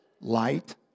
light